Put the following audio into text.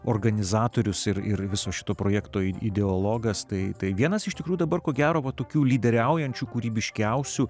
organizatorius ir ir viso šito projekto ideologas tai vienas iš tikrų dabar ko gero tokių lyderiaujančių kūrybiškiausių